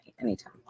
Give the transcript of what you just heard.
anytime